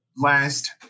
Last